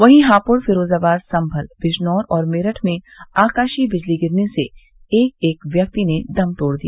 वहीं हापुड़ फिरोजाबाद संभल बिजनौर और मेरठ में आकाशीय बिजली गिरने से एक एक व्यक्ति ने दम तोड़ दिया